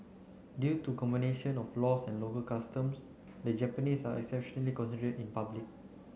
due to combination of laws and local customs the Japanese are exceptionally in public